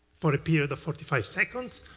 for a period of forty five seconds,